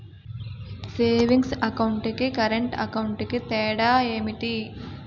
Savings account కి current account కి తేడా ఏమిటి?